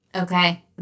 Okay